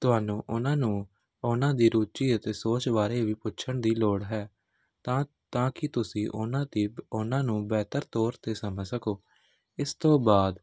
ਤੁਹਾਨੂੰ ਉਹਨਾਂ ਨੂੰ ਉਹਨਾਂ ਦੀ ਰੁਚੀ ਅਤੇ ਸੋਚ ਬਾਰੇ ਵੀ ਪੁੱਛਣ ਦੀ ਲੋੜ ਹੈ ਤਾਂ ਤਾਂ ਕਿ ਤੁਸੀਂ ਉਹਨਾਂ ਦੀ ਉਹਨਾਂ ਨੂੰ ਬਿਹਤਰ ਤੌਰ 'ਤੇ ਸਮਝ ਸਕੋ ਇਸ ਤੋਂ ਬਾਅਦ